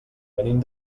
venim